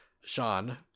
Sean